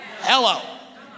Hello